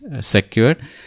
secured